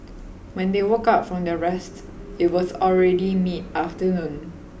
when they woke up from their rest it was already mid afternoon